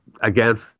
Again